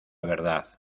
verdad